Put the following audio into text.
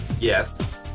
Yes